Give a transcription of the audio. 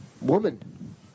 Woman